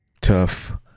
tough